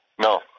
No